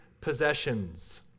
possessions